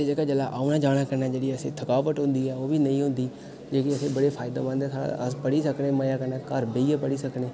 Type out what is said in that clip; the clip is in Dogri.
जेह्का औने जाने कन्नै जेह्ड़ियां असेंगी थकावट होंदी ऐ ओह् बी नेईं होंदी जेह्का साढ़ा फायदामंद ऐ अस पढ़ी सकने मज़े कन्नै घर बेहियै पढ़ी सकने